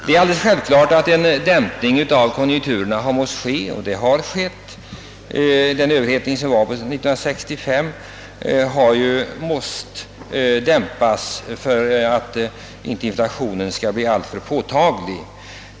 Det är alldeles självklart att överhettningen i konjunkturerna 1965 har måst dämpas för att inte inflationen skulle bli alltför påtaglig.